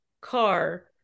car